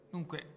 Dunque